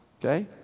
Okay